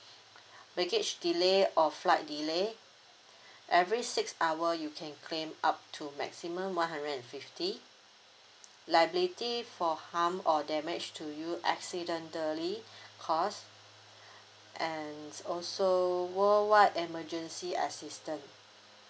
baggage delay or flight delay every six hour you can claim up to maximum one hundred and fifty liability for harm or damage to you accidentally cause and also worldwide emergency assistant